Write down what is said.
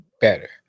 better